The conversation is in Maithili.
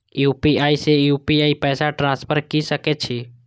यू.पी.आई से यू.पी.आई पैसा ट्रांसफर की सके छी?